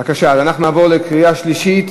בבקשה, אז אנחנו נעבור לקריאה שלישית.